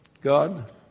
God